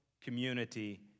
community